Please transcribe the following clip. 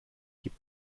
gibt